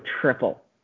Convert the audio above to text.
triple